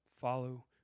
follow